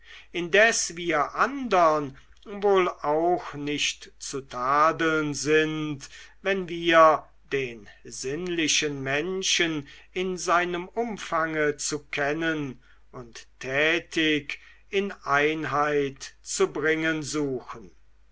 indes wir andern wohl auch nicht zu tadeln sind wenn wir den sinnlichen menschen in seinem umfange zu kennen und tätig in einheit zu bringen suchen